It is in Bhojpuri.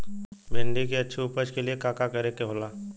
भिंडी की अच्छी उपज के लिए का का करे के होला?